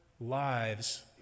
lives